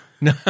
No